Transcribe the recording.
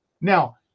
Now